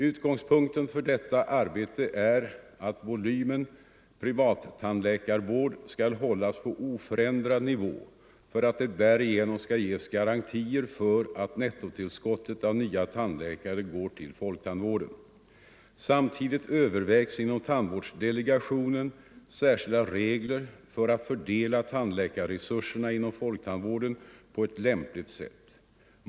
Utgångspunkten för detta arbete är att volymen privattandläkarvård skall hållas på oförändrad nivå för att det därigenom skall ges garantier för att nettotillskottet av nya tandläkare går till folktandvården. Samtidigt övervägs inom tandvårdsdelegationen särskilda regler för att fördela tandläkarresurserna inom folktandvården på ett lämpligt sätt.